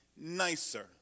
nicer